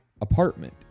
apartment